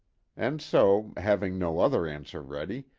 and so, having no other answer ready,